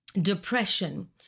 depression